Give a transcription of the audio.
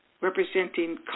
representing